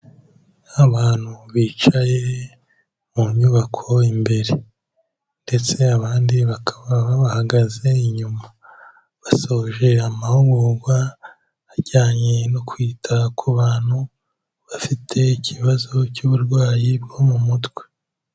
Abantu bicaye mu nyubako imbere, ndetse abandi bakaba babahagaze inyuma, basoje amahugurwa ajyanye no kwita ku bantu, bafite ikibazo cy'uburwayi bwo mu mutwe.